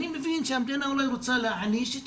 אני מבין שהמדינה אולי רוצה להעניש את